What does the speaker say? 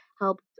helped